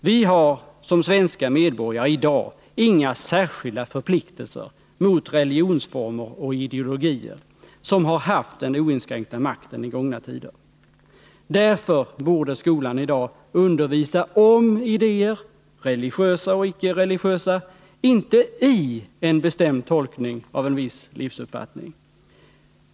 Vi har som svenska medborgare i dag inga särskilda förpliktelser mot religionsformer och ideologier, som har haft den oinskränkta makten i gångna tider. Därför borde skolan i dag undervisa om idéer, religiösa och icke-religiösa, inte i en bestämd tolkning av en viss livsuppfattning.